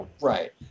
Right